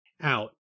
out